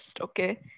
okay